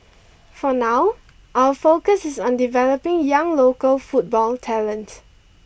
for now our focus is on developing young local football talent